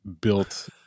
built